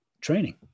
Training